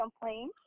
complain